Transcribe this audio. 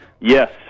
Yes